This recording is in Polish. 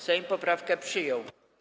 Sejm poprawkę przyjął.